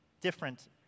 different